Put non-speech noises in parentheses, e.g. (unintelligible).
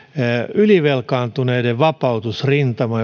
ylivelkaantuneiden vapautusrintama (unintelligible)